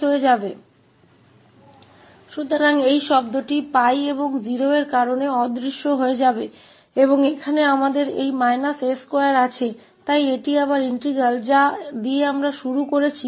तो यह शब्द 𝜋 और 0 के कारण गायब हो जाएगा और यहां हमारे पास यह s2 है इसलिए क्योंकि यह फिर से अभिन्न अंग है जिसके साथ हमने शुरुआत की है